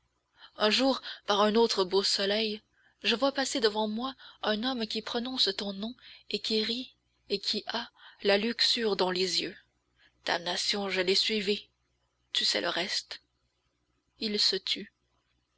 un jour par un autre beau soleil je vois passer devant moi un homme qui prononce ton nom et qui rit et qui a la luxure dans les yeux damnation je l'ai suivi tu sais le reste il se tut